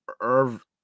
Irv